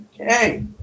Okay